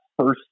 first